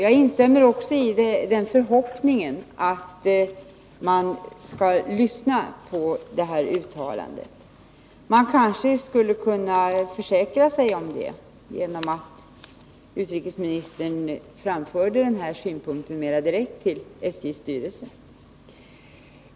Jag instämmer också i den förhoppningen att man lyssnar på det uttalandet — kanske skulle man kunna försäkra sig om det genom att utrikesministern framförde denna synpunkt mer direkt till SJ:s styrelse.